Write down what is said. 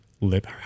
lip